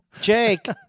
Jake